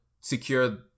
secure